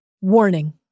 WARNING